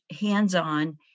hands-on